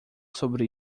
sobre